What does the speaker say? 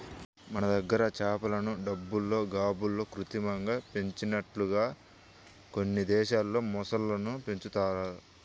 మన దగ్గర చేపలను టబ్బుల్లో, గాబుల్లో కృత్రిమంగా పెంచినట్లుగానే కొన్ని దేశాల్లో మొసళ్ళను పెంచుతున్నారు